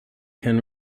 can